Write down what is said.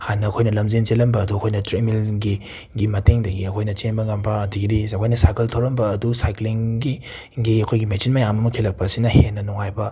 ꯍꯥꯟꯅ ꯑꯩꯈꯣꯏꯅ ꯂꯝꯖꯦꯟ ꯆꯦꯜꯂꯝꯕ ꯑꯗꯨ ꯑꯩꯈꯣꯏꯅ ꯇ꯭ꯔꯦꯗꯃꯤꯜꯟꯒꯤ ꯒꯤ ꯃꯇꯦꯡꯗꯒꯤ ꯑꯩꯈꯣꯏꯅ ꯆꯦꯟꯕ ꯉꯝꯕ ꯗꯤꯒꯗꯤꯁ ꯑꯩꯈꯣꯏꯅ ꯁꯥꯀꯜ ꯊꯧꯔꯝꯕ ꯑꯗꯨ ꯁꯥꯏꯀ꯭ꯂꯤꯡꯒꯤ ꯒꯤ ꯑꯩꯈꯣꯏꯒꯤ ꯃꯦꯆꯤꯟ ꯃꯌꯥꯝ ꯑꯃ ꯈꯤꯜꯂꯛꯄ ꯑꯁꯤꯅ ꯍꯦꯟꯅ ꯅꯨꯡꯉꯥꯏꯕ